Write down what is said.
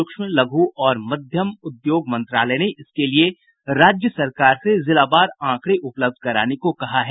सूक्ष्म लघु और मध्यम उद्योग मंत्रालय ने इसके लिये राज्य सरकार से जिलावार आंकड़े उपलब्ध कराने को कहा है